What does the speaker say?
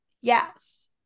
yes